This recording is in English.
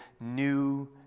new